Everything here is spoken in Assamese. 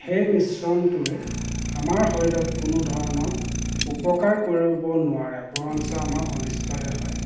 সেই মিশ্ৰণটোৱে আমাৰ শৰীৰত কোনো ধৰণৰ উপকাৰ কৰিব নোৱাৰে বৰঞ্চ আমাৰ অনিষ্টহে হয়